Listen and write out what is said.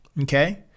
Okay